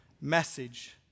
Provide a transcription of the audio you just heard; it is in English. message